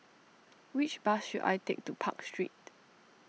which bus should I take to Park Street